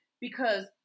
because-